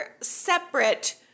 separate